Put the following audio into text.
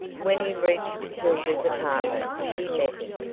when he reached hilda's apartment she met him,